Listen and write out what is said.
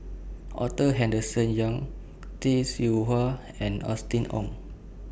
Arthur Henderson Young Tay Seow Huah and Austen Ong